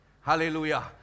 Hallelujah